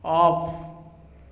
off